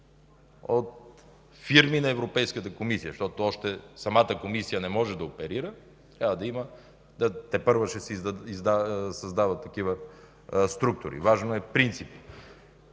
от фирми на Европейската комисия, защото още самата Комисия не може да оперира, тепърва ще се създават такива структури, важно е принципът,